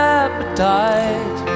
appetite